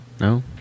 no